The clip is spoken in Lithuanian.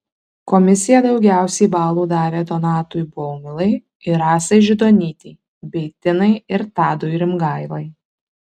komisija daugiausiai balų davė donatui baumilai ir rasai židonytei bei tinai ir tadui rimgailai